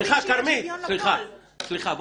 אתה